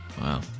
Wow